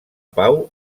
pau